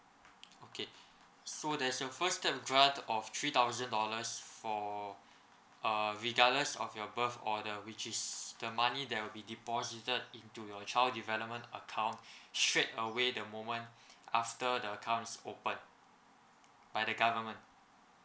okay so there's your first term draft of three thousand dollars for uh regardless of your birth order which is the money that will be deposited into your child development account straight away the moment after the account is opened by the government